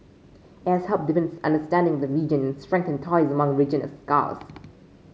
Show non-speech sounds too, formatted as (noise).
it has helped deepen (unintelligible) understanding the region strengthened ties among regional scholars